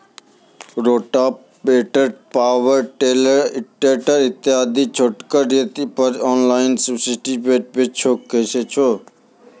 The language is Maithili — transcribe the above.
रोटावेटर, पावर टिलर, ट्रेकटर आदि छोटगर यंत्र पर ऑनलाइन सब्सिडी भेटैत छै?